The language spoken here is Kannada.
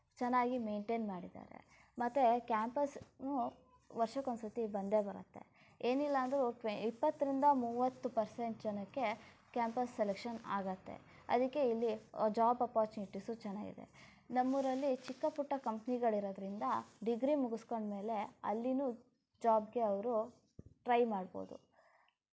ಚೆನ್ನಾಗಿ ಮೈನ್ಟೈನ್ ಮಾಡಿದ್ದಾರೆ ಮತ್ತು ಕ್ಯಾಂಪಸ್ನೂ ವರ್ಷಕ್ಕೆ ಒಂದು ಸರ್ತಿ ಬಂದೇ ಬರುತ್ತೆ ಏನಿಲ್ಲ ಅಂದ್ರೂ ಟ್ವೆ ಇಪ್ಪತ್ತರಿಂದ ಮೂವತ್ತು ಪರ್ಸೆಂಟ್ ಜನಕ್ಕೆ ಕ್ಯಾಂಪಸ್ ಸೆಲೆಕ್ಷನ್ ಆಗುತ್ತೆ ಅದಕ್ಕೆ ಇಲ್ಲಿ ಜಾಬ್ ಅಪೊರ್ಚುನಿಟಿಸು ಚೆನ್ನಾಗಿದೆ ನಮ್ಮ ಊರಲ್ಲಿ ಚಿಕ್ಕ ಪುಟ್ಟ ಕಂಪ್ನಿಗಳಿರೋದರಿಂದ ಡಿಗ್ರಿ ಮುಗಿಸ್ಕೊಂಡ ಮೇಲೆ ಅಲ್ಲಿಯೂ ಜಾಬ್ಗೆ ಅವರು ಟ್ರೈ ಮಾಡ್ಬೌದು